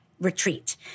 retreat